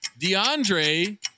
DeAndre